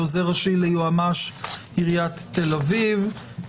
עוזר ראשי ליועץ המשפטי של עיריית תל אביב-יפו,